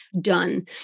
done